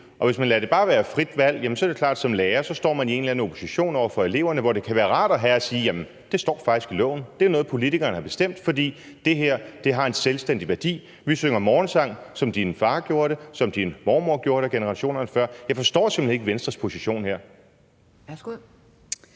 Og hvis man bare lader det være et frit valg, er det klart, at man som lærer står i en eller anden opposition til eleverne, hvor det kan være rart at kunne sige: Jamen det står faktisk i loven; det er noget, politikerne har bestemt, fordi det her har en selvstændig værdi; vi synger morgensang, som din far gjorde det, som din mormor gjorde det, og generationerne før. Jeg forstår simpelt hen ikke Venstres position her. Kl.